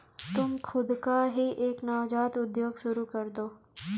तुम खुद का ही एक नवजात उद्योग शुरू करदो